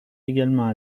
également